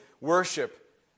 worship